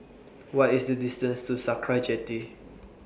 What IS The distance to Sakra Jetty